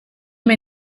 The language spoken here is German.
mir